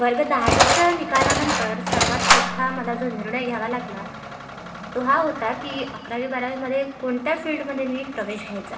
वर्ग दहावीच्या निकालानंतर सर्वात मोठा मला जो निर्णय घ्यावा लागला तो हा होता की अकरावी बारावीमध्ये कोणत्या फील्डमध्ये मी प्रवेश घ्यायचा